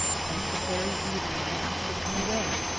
but that's the very reason why i ask you to come away!